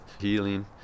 healing